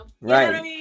right